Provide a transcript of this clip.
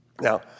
Now